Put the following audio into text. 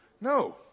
no